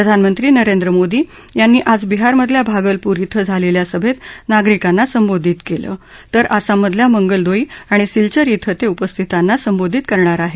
प्रधानमंत्री नरेंद्र मोदी यांनी आज बिहारमधल्या भागलपूर इथं झालेल्या सभेत नागरिकांना संबोधित केलं तर आसाममधल्या मंगलदोई आणि सिलचर इथं ते उपस्थितांना संबोधित करणार आहेत